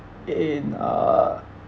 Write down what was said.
i~ in a